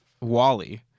Wally